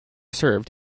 served